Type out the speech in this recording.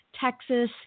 Texas